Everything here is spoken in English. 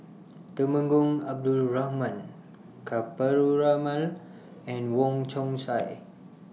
Temenggong Abdul Rahman Ka Perumal and Wong Chong Sai